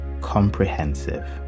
comprehensive